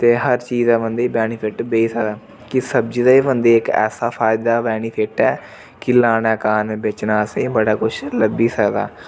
ते हर चीज़ दा बंदे गी बेनिफिट बेही सकदा कि सब्जी दा बी बंदे गी इक ऐसा फायदा बेनिफिट ऐ कि लाने दे कारण बेचना असेंगी बड़ा कुछ लब्भी सकदा